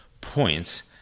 points